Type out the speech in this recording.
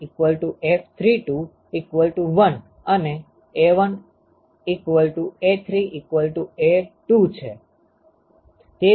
તેથી F13 F32 1 અને A1 A3 A2 છે